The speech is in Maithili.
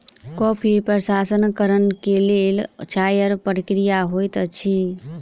कॉफ़ी प्रसंस्करण के लेल चाइर प्रक्रिया होइत अछि